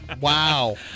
Wow